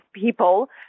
people